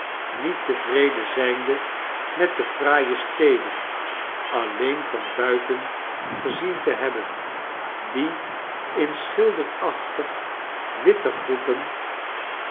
niet tevreden zijnde met de fraaie steden alleen van buiten gezien te hebben die in schilderachtig witte groepen